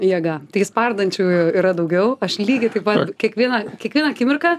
jėga tai spardančiųjų yra daugiau aš lygiai taip pat kiekvieną kiekvieną akimirką